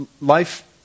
life